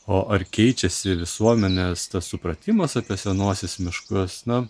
o ar keičiasi visuomenės supratimas apie senuosius miškus na